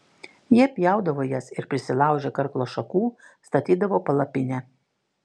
jie pjaudavo jas ir prisilaužę karklo šakų statydavo palapinę